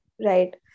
right